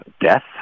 death